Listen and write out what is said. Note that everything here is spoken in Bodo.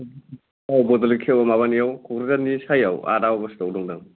औ बड'लेण्ड के माबानियाव कक्राझारनि साइयाव आट आगष्टट'वाव दंदां